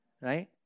Right